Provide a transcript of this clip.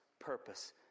purpose